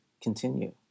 continue